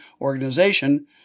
organization